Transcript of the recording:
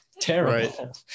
terrible